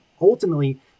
ultimately